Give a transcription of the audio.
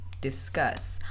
discuss